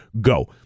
go